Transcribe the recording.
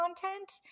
content